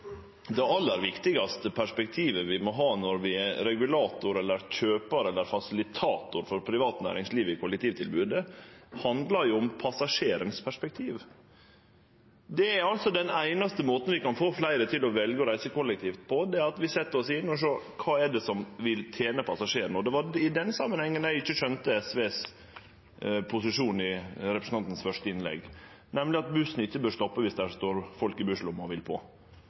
det aller viktigaste perspektivet vi må ha når vi er regulator, kjøpar eller fasilitator for privat næringsliv i kollektivtilbodet, er perspektivet til passasjeren. Den einaste måten vi kan få fleire til å velje å reise kollektivt på, er at vi set oss ned og ser på: Kva vil tene passasjeren? Det var i den samanhengen eg ikkje skjønte posisjonen til SV i representanten Nævra sitt første innlegg, nemleg at bussen, viss det er ein ekspressbuss, ikkje bør stoppe viss det står folk i busslomma som vil på,